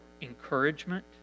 encouragement